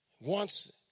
wants